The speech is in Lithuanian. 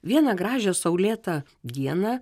vieną gražią saulėtą dieną